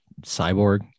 cyborg